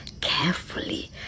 carefully